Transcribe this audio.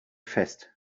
fest